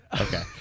Okay